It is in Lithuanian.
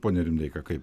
pone rimdeika kaip